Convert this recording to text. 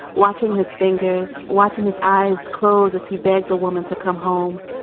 watching his fingers, watching his eyes close as he begged the woman to come home.